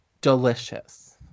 delicious